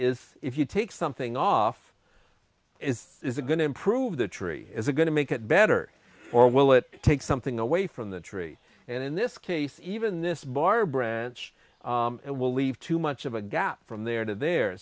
is if you take something off is it going to improve the tree as a going to make it better or will it take something away from the trees and in this case even this bar branch will leave too much of a gap from there to there